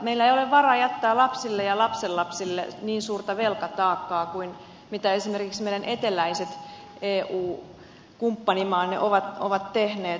meillä ei ole varaa jättää lapsille ja lapsenlapsille niin suurta velkataakkaa kuin mitä esimerkiksi meidän eteläiset eu kumppanimaamme ovat tehneet